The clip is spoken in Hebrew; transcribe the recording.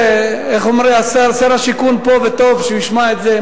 שר השיכון פה, וטוב שהוא ישמע את זה.